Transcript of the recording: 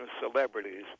celebrities